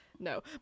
no